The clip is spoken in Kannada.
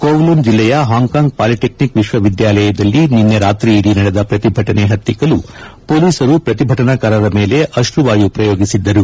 ಕೋವ್ಲೂನ್ ಜಿಲ್ಲೆಯ ಹಾಂಗ್ಕಾಂಗ್ ಪಾಲಿಟೆಕ್ನಿಕ್ ವಿಶ್ವವಿದ್ಯಾಲಯದಲ್ಲಿ ನಿನ್ನೆ ರಾತ್ರಿಯಿಡೀ ನಡೆದ ಪ್ರತಿಭಟನೆ ಹತ್ತಿಕ್ಕಲು ಪೊಲೀಸರು ಪ್ರತಿಭಟನಾಕಾರರ ಮೇಲೆ ಆಶ್ರುವಾಯು ಪ್ರಯೋಗಿಸಿದ್ದರು